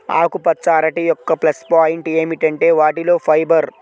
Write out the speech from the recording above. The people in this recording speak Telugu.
ఆకుపచ్చ అరటి యొక్క ప్లస్ పాయింట్ ఏమిటంటే వాటిలో ఫైబర్